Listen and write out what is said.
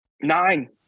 nine